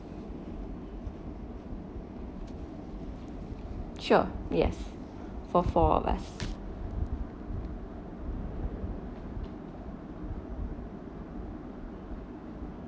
sure yes for four of us